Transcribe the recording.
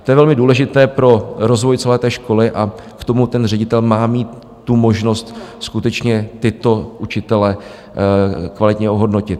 To je velmi důležité pro rozvoj celé té školy a k tomu ředitel má mít tu možnost skutečně tyto učitele kvalitně ohodnotit.